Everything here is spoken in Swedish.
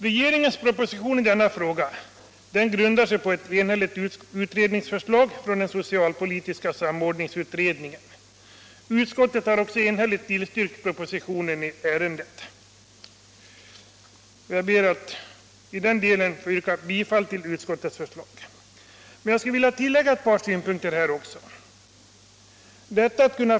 Regeringens proposition i denna fråga grundar sig på ett enhälligt utredningsförslag från den socialpolitiska samordningsutredningen. Också utskottet har varit enigt och tillstyrkt propositionen i ärendet. Jag ber att i den delen få yrka bifall till utskottets förslag. Men jag skulle vilja tillägga ett par synpunkter.